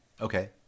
Okay